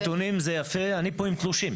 נתונים זה יפה, אני פה עם תלושים.